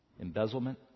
Embezzlement